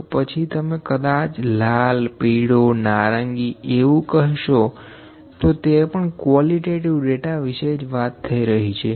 તો પછી તમે કદાચ લાલ પીળો નારંગી એવું કહેશો તો તે પણ કવોલીટેટીવ ડેટા વિશે જ વાત થઇ રહી છે